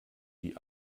die